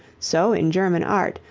so in german art,